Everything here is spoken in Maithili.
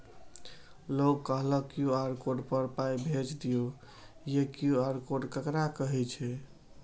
लोग कहलक क्यू.आर कोड पर पाय भेज दियौ से क्यू.आर कोड ककरा कहै छै?